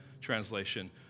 translation